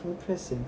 impressive